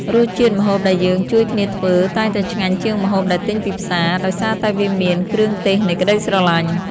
រសជាតិម្ហូបដែលយើងជួយគ្នាធ្វើ តែងតែឆ្ងាញ់ជាងម្ហូបដែលទិញពីផ្សារ ដោយសារតែវាមាន "គ្រឿងទេសនៃក្ដីស្រឡាញ់"។